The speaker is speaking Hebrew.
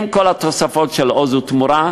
עם כל התוספות של "עוז לתמורה",